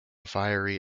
fiery